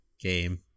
game